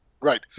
Right